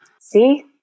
See